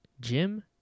Jim